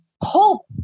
hope